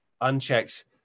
unchecked